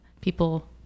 People